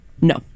No